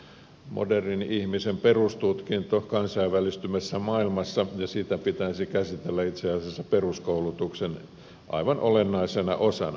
se on modernin ihmisen perustutkinto kansainvälistyvässä maailmassa ja sitä pitäisi käsitellä itse asiassa peruskoulutuksen aivan olennaisena osana